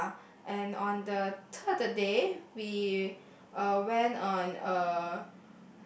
ya and on the third day we uh went on a